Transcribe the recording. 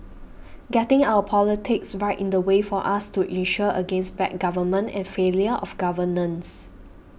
getting our politics right is the way for us to insure against bad government and failure of governance